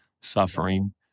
Suffering